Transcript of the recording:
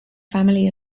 family